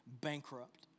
bankrupt